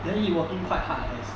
then he working quite hard as